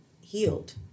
healed